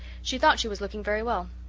she thought she was looking very well.